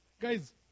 Guys